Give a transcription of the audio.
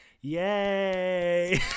yay